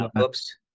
oops